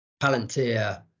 Palantir